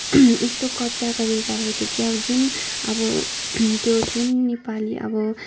यस्तो कब्जा गरेर राखेको थियो कि अब जुन अब त्यो जुन नेपाली अब